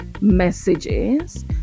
messages